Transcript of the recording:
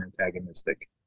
antagonistic